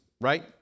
right